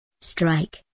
Strike